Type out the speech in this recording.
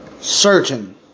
Certain